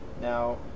now